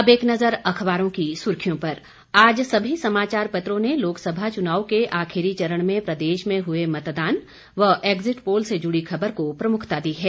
अब एक नजर अखबारों की सुर्खियों पर आज सभी समाचार पत्रों ने लोकसभा च्रनाव के आखिरी चरण में प्रदेश में हुए मतदान व एग्जिट पोल से जुड़ी खबर को प्रमुखता दी है